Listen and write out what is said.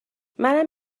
منم